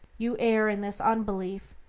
you err in this unbelief,